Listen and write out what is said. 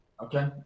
okay